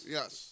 Yes